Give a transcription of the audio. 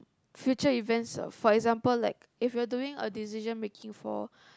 future events of for example like if you're doing a decision making for